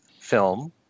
film